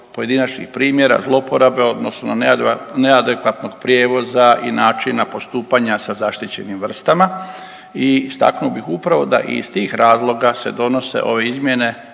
pojedinačnih primjera zlouporabe odnosno neadekvatnog prijevoza i načina postupanja sa zaštićenim vrstama. I istaknuo bih upravo da iz tih razloga se donose ove izmjene